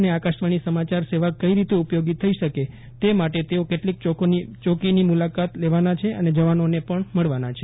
ને આકાશવાણી સમાચાર સેવા કઈ રીતે ઉપયોગી થઇ શકે તે માટે તેઓ કેટલીક યોકીની મુલાકાત લેવાના છે અને જવાનો ને મળવાના છે